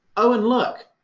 oh, and look.